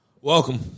Welcome